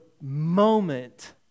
moment